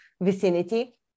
vicinity